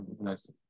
nice